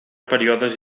períodes